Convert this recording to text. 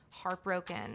heartbroken